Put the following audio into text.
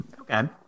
Okay